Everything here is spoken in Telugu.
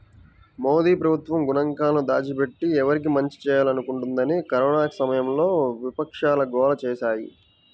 మోదీ ప్రభుత్వం గణాంకాలను దాచిపెట్టి, ఎవరికి మంచి చేయాలనుకుంటోందని కరోనా సమయంలో విపక్షాలు గోల చేశాయి